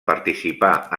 participà